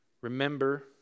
Remember